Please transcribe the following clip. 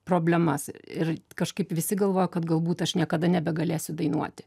problemas ir kažkaip visi galvojo kad galbūt aš niekada nebegalėsiu dainuoti